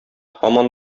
һаман